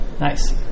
Nice